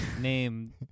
Name